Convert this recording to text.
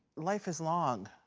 life is long.